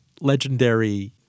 legendary